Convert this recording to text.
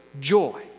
joy